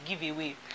giveaway